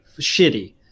shitty